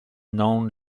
known